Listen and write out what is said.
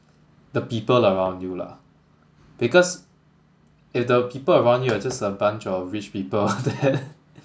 the people around you lah because if the people around you are just a bunch of rich people then